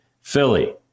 Philly